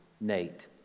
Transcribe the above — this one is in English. Nate